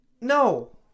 No